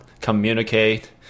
communicate